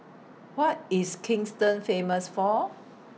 What IS Kingston Famous For